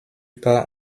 part